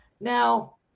Now